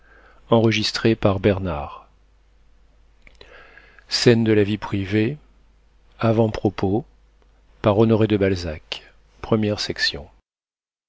scènes de la vie privée tome i by honoré de balzac